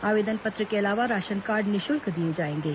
आवेदन पत्र के अलावा राशन कार्ड निःशुल्क दिए जाएंगे